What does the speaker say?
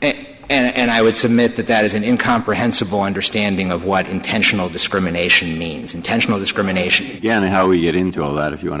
it and i would submit that that isn't in comprehensible understanding of what intentional discrimination means intentional discrimination yanna how we get into all that if you want to